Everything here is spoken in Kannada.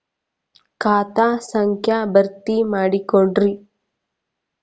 ಖಾತಾ ಸಂಖ್ಯಾ ಭರ್ತಿ ಮಾಡಿಕೊಡ್ರಿ